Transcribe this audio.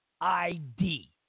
ID